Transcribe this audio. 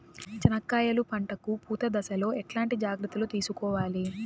చెనక్కాయలు పంట కు పూత దశలో ఎట్లాంటి జాగ్రత్తలు తీసుకోవాలి?